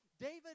David